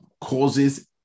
causes